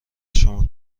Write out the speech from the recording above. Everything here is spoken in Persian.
شما